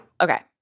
Okay